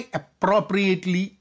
appropriately